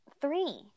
Three